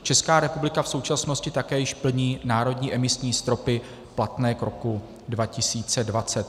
Česká republika v současnosti také již plní národní emisní stropy platné k roku 2020.